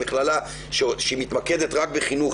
שהיא מכללה שמתמקדת רק בחינוך,